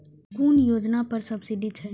कुन योजना पर सब्सिडी छै?